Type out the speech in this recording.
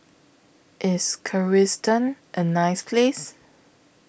IS Kyrgyzstan A nice Place